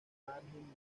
margen